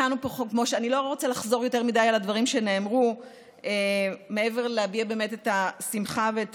אני לא רוצה לחזור יותר מדי על הדברים שנאמרו מעבר ללהביע את השמחה ואת